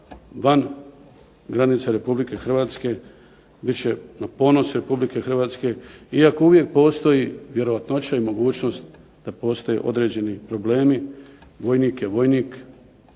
van granica RH bit će na ponos RH. Iako uvijek postoji vjerojatnost i mogućnost da postoji određeni problemi. Vojnik je vojnik.